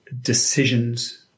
decisions